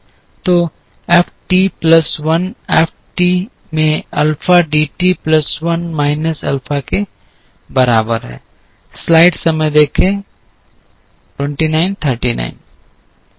तो F T plus 1 F T में alpha D T plus 1 minus alpha के बराबर है